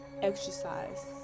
exercise